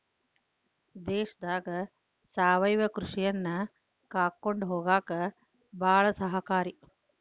ದೇಶದಾಗ ಸಾವಯವ ಕೃಷಿಯನ್ನಾ ಕಾಕೊಂಡ ಹೊಗಾಕ ಬಾಳ ಸಹಕಾರಿ